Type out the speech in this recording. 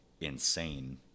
insane